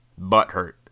Butthurt